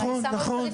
אלא היא שמה בפריפריה.